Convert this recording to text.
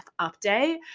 update